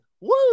Woo